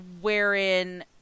wherein